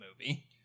movie